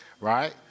right